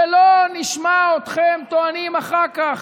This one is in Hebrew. ולא נשמע אתכם טוענים אחר כך,